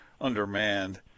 undermanned